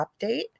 update